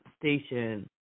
station